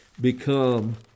become